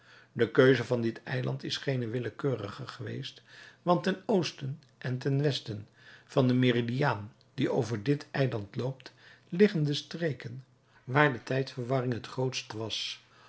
de keuze van dit eiland is geene willekeurige geweest want ten oosten en ten westen van den meridiaan die over dit eiland loopt liggen de streken waar de tijdverwarring het grootst was